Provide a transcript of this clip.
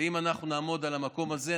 ואם אנחנו נעמוד על המקום הזה,